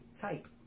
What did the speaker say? type